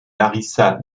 larisa